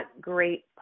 great